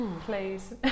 please